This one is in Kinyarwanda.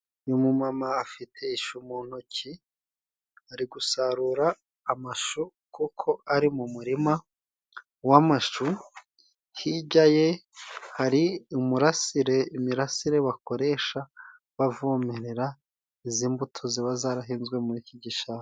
Uyu mu mama afite ishu mu ntoki, ari gusarura amashu kuko ari mu murima w'amashu, hirya ye hari umurasire imirasire bakoresha bavomerera izi mbuto ziba zarahinzwe muri iki gishanga.